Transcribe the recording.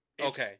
Okay